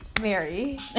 Mary